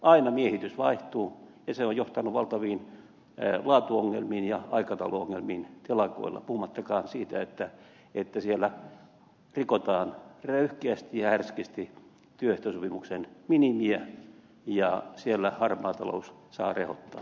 aina miehitys vaihtuu ja se on johtanut valtaviin laatuongelmiin ja aikatauluongelmiin telakoilla puhumattakaan siitä että siellä rikotaan röyhkeästi ja härskisti työehtosopimuksen minimiä ja siellä harmaa talous saa rehottaa